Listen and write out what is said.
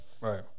Right